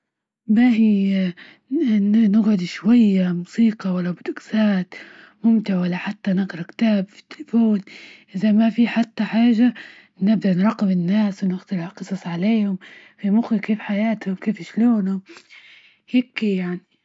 باهي نجعد شوية موسيقى ، ولا بوتوكسات ممتعة ،ولا حتى نقرأ كتاب في التليفون، إذا ما في حتى حاجة نبي نراقب الناس وننقل هالقصص عليهم، في مخي كيف حياتهم ؟كيف شلونه يبكي يعني؟